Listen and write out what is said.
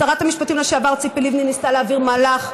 שרת המשפטים לשעבר ציפי לבני ניסתה להעביר מהלך,